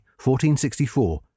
1464